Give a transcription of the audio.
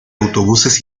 autobuses